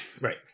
Right